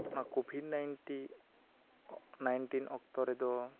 ᱚᱱᱟ covid ninety nineteen ᱚᱠᱛᱚ ᱨᱮᱫᱚ